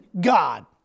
God